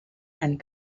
and